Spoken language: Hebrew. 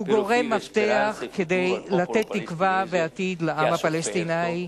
גורם מפתח העשוי לתת תקווה ועתיד לעם הפלסטיני,